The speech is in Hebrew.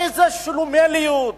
איזה שלומיאליות,